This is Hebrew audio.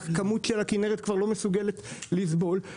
הכמות של הכנרת כבר לא מסוגלת לסבול,